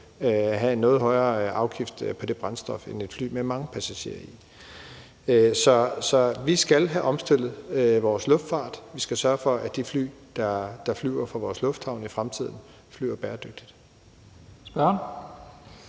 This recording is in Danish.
jo have en noget højere afgift på det brændstof, end det er tilfældet med et fly med mange passagerer i. Vi skal have omstillet vores luftfart. Vi skal sørge for, at de fly, der flyver fra vores lufthavne i fremtiden, flyver bæredygtigt.